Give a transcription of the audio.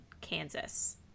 kansas